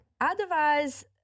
Otherwise